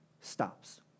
stops